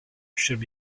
should